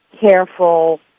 careful